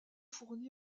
fournie